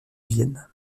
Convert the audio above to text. vienne